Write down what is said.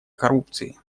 коррупции